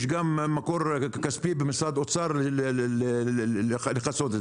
יש גם מקור כספי במשרד האוצר לכסות את